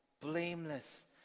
blameless